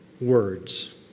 words